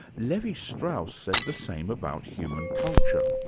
levi-strauss said the same about human culture.